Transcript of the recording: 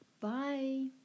Bye